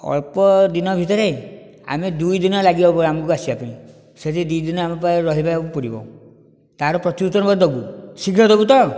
ଅଳ୍ପଦିନ ଭିତରେ ଆମେ ଦୁଇ ଦିନ ଲାଗିବ ଆମକୁ ଆସିବା ପାଇଁ ସେଠି ଦୁଇ ଦିନ ଆମ ପାଇଁ ରହିବାକୁ ପଡ଼ିବ ତାର ପ୍ରତିଉତ୍ତର ମୋତେ ଦେବୁ ଶୀଘ୍ର ଦେବୁ ତ